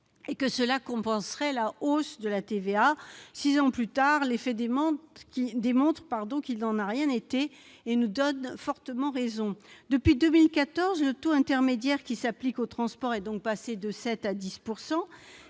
cela compenserait la hausse de TVA. Six ans plus tard, les faits démontrent qu'il n'en a rien été et nous donnent fortement raison. Depuis 2014, le taux intermédiaire qui s'applique aux transports est donc passé de 7 % à 10 %.